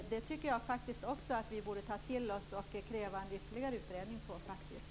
Det borde vi ta till oss och kräva ytterligare en utredning kring.